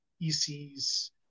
EC's